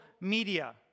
media